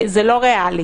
זה לא ריאלי.